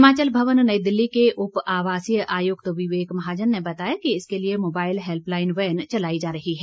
हिमाचल भवन नई दिल्ली के उप आवासीय आयुक्त विवेक महाजन ने बताया कि इसके लिए मोबाईल हेल्पलाईन वैन चलाई जा रही है